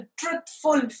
truthful